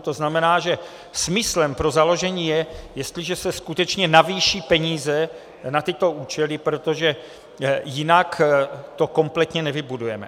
To znamená, že smyslem pro založení je, jestliže se skutečně navýší peníze na tyto účely, protože jinak to kompletně nevybudujeme.